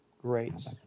Great